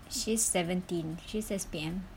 she's seventeen she's S_P_M